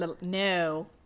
no